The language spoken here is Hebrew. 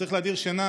צריך להדיר שינה